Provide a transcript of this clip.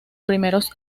primeros